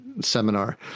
seminar